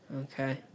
Okay